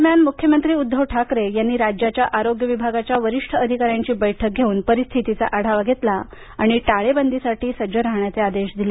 दरम्यान मुख्यमंत्री उद्दव ठाकरे यांनी राज्याच्या आरोग्य विभागाच्या वरिष्ठ अधिकाऱ्यांची बैठक घेऊन परिस्थितीचा आढावा घेतला आणि टाळेबंदीसाठी सज्ज राहण्याचे आदेश दिले